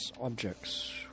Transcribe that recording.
objects